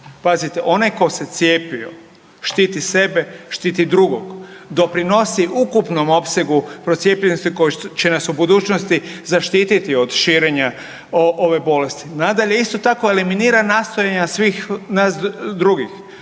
Pazite, onaj ko se cijepio štiti sebe, štiti drugog, doprinosi ukupnom opsegu procijepljenosti koja će nas u budućnosti zaštititi od širenja ove bolesti. Nadalje, isto tako eliminira nastojanja svih nas drugih.